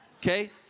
Okay